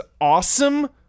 awesome